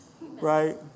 right